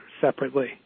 separately